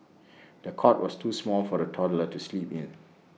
the cot was too small for the toddler to sleep in